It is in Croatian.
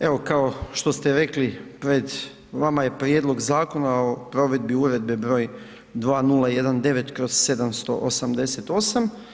Evo kao što ste rekli pred vama je Prijedlog zakona o provedbi Uredbe br. 2019/